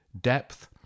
depth